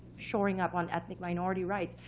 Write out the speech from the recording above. shoring up on ethnic minority rights,